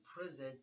prison